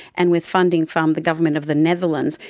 and with funding from the government of the netherlands.